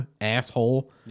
asshole